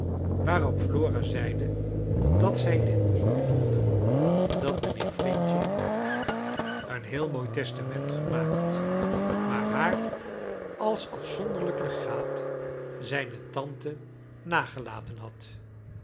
waarop flora zeide dat zij dit niet bedoeide dat mijnheer f een heel mooi testament gemaakt maar haar als afzonderlrjk legaat zijne tante nagelaten had